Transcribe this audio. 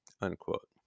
unquote